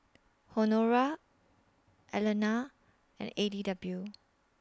Honora Alannah and A D W